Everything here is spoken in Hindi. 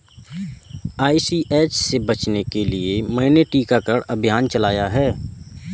आई.सी.एच से बचने के लिए मैंने टीकाकरण अभियान चलाया है